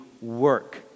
work